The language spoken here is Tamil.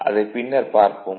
அதைப் பின்னர் பார்ப்போம்